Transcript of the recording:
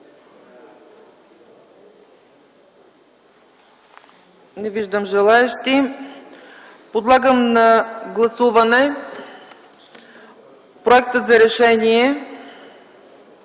Не виждам желаещи. Подлагам на гласуване проект за Решение